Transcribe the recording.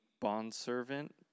bondservant